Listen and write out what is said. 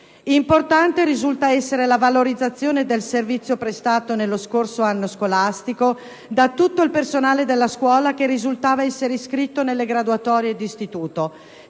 Importante risulta essere la valorizzazione del servizio prestato nello scorso anno scolastico da tutto il personale della scuola che risultava essere iscritto nelle graduatorie d'istituto.